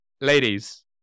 Ladies